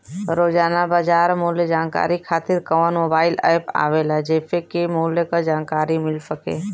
रोजाना बाजार मूल्य जानकारी खातीर कवन मोबाइल ऐप आवेला जेसे के मूल्य क जानकारी मिल सके?